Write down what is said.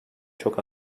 çok